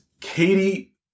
Katie